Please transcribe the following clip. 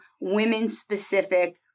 women-specific